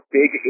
big